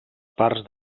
parts